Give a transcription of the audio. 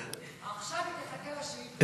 עכשיו היא תחכה לשאילתות שלה.